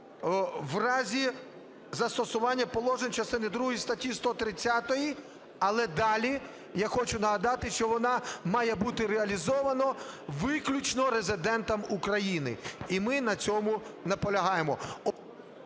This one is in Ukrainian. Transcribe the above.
в разі застосування положень частини другої статті 130". Але далі, я хочу нагадати, що вона має бути реалізована виключно резидентом України і ми на цьому наполягаємо.